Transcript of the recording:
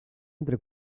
entre